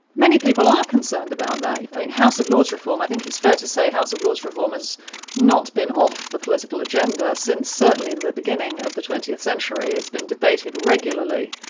many people are concerned about that. i mean house of lords reform i think it's fair to say house of lords reform has not been off the political agenda since certainly the beginning of the twentieth century. it's been debated regularly,